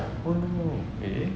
oh no eh